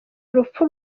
urupfu